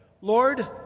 Lord